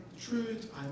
truth